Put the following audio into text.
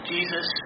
Jesus